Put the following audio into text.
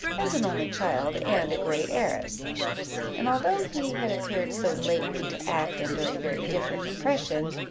as an only child and a great heiress and although he had appeared so lately to act under a very different impression,